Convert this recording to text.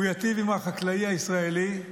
הוא ייטיב עם החקלאי הישראלי,